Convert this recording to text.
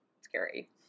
scary